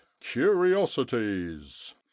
curiosities